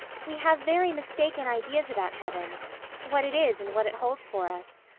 we have very mistaken ideas about heaven what it is and what it holds for us.